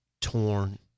torn